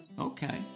Okay